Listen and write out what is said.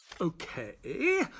Okay